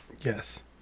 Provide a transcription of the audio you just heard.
Yes